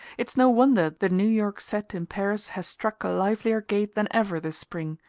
it's no wonder the new york set in paris has struck a livelier gait than ever this spring.